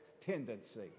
tendency